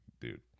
Dude